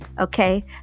okay